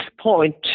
point